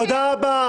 תודה רבה.